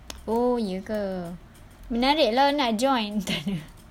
oh ye ke menarik lah nak join takde